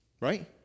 Right